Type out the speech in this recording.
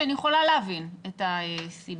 שאני יכולה להבין את הסיבה,